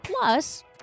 plus